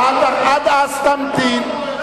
עד אז תמתין.